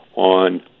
on